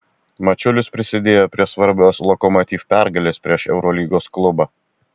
mačiulis prisidėjo prie svarbios lokomotiv pergalės prieš eurolygos klubą